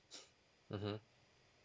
mmhmm